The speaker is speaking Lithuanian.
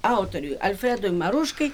autoriui alfredui maruškai